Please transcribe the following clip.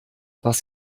was